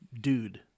dude